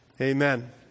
Amen